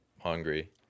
hungry